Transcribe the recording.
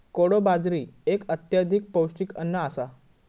कोडो बाजरी एक अत्यधिक पौष्टिक अन्न आसा